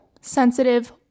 sensitive